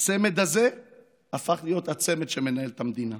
הצמד הזה הפך להיות הצמד שמנהל את המדינה.